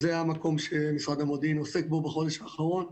זה המקום שמשרד המודיעין עוסק בו בחודש האחרון,